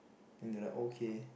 then they like okay